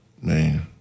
Man